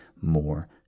more